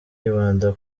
yibanda